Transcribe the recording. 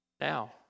now